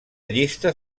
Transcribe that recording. llista